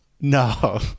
no